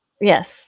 Yes